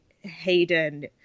Hayden